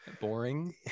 boring